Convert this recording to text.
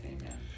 Amen